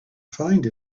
find